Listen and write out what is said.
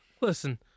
Listen